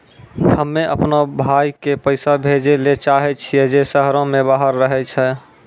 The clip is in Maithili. हम्मे अपनो भाय के पैसा भेजै ले चाहै छियै जे शहरो से बाहर रहै छै